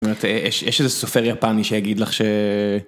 יש איזה סופר יפני שיגיד לך ש.